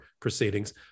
proceedings